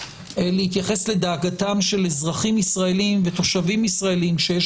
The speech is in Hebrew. להתייחס לדאגתם של אזרחים ישראלים ותושבים ישראלים שיש